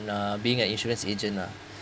uh being an insurance agent lah